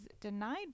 denied